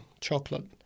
Chocolate